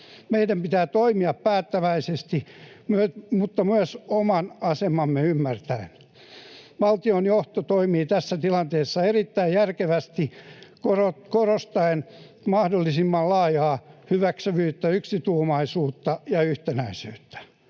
Meidän pitää toimia päättäväisesti mutta myös oman asemamme ymmärtäen. Valtionjohto toimii tässä tilanteessa erittäin järkevästi korostaen mahdollisimman laajaa hyväksyvyyttä, yksituumaisuutta ja yhtenäisyyttä.